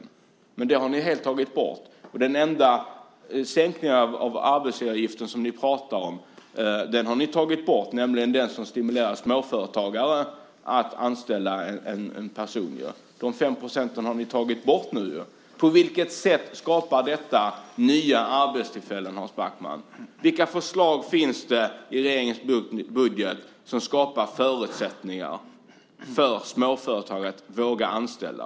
Men det har ni helt tagit bort. Den enda sänkningen av arbetsgivaravgifter som ni talar om har ni tagit bort, nämligen den som stimulerar småföretagare att anställa en person. Dessa 5 % har ni tagit bort. På vilket sätt skapar detta nya arbetstillfällen, Hans Backman? Vilka förslag finns det i regeringens budget som skapar förutsättningar för småföretagare att våga anställa?